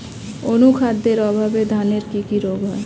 অনুখাদ্যের অভাবে ধানের কি কি রোগ হয়?